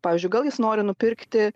pavyzdžiui gal jis nori nupirkti